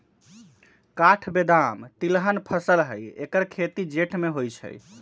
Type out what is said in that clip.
काठ बेदाम तिलहन फसल हई ऐकर खेती जेठ में होइ छइ